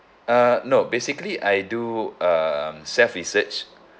uh no basically I do um self research